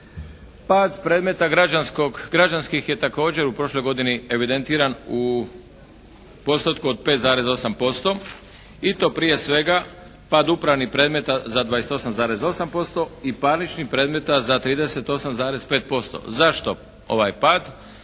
Pad predmeta građanskih je također u prošloj godini evidentiran u postotku od 5,8% i to prije svega pad upravnih predmeta za 28,8% i parničnih predmeta za 38,5%. Zašto ovaj pad?